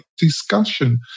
discussion